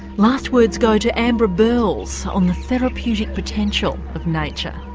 last words go to ambra burls on the therapeutic potential of nature.